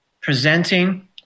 presenting